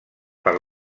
per